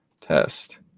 test